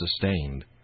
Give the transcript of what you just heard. sustained